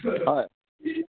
হয়